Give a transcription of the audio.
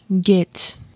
get